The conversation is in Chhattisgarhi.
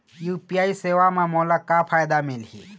यू.पी.आई सेवा म मोला का फायदा मिलही?